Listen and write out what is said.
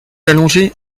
allongé